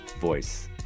voice